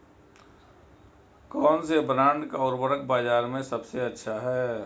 कौनसे ब्रांड का उर्वरक बाज़ार में सबसे अच्छा हैं?